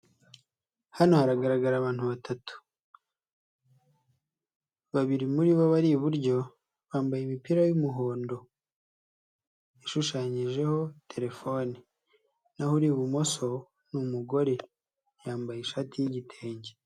Hano haragaragara abantu batatu, babiri muri bo bari iburyo bambaye imipira y'umuhondo ishushanyijeho telephone, naho uri ibumoso ni umugore, yambaye ishati y'igitenge.